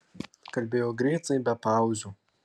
kalbėjo greitai be pauzių